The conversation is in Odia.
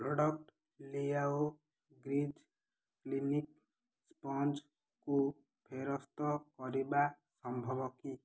ପ୍ରଡ଼କ୍ଟ ଲିଆଓ ଗ୍ରୀଜ୍ କ୍ଲିନିଂ ସ୍ପଞ୍ଜକୁ ଫେରସ୍ତ କରିବା ସମ୍ଭବ କି